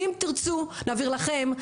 אם תרצו נעביר לכם,